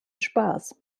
spaß